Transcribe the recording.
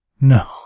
No